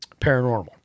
paranormal